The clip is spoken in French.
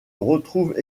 retrouvent